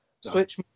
switch